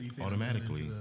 automatically